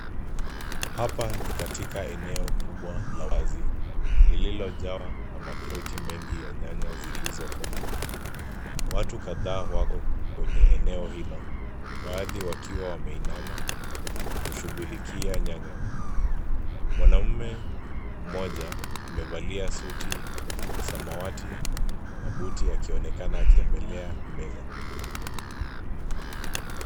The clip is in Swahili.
Hapa ni katika eneo kubwa la wazi lililojawa na ma crate mengi ya nyanya zilizokomaa, watu kadhaa wako kwenye eneo hilo, baadhi wakiwa wameinama na kushughulikia nyanya mwanaume mmoja amevalia suti ya samawati akionekana akiendelea mbele.